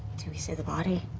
do we see the body?